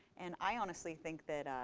and i honestly think that